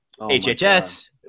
HHS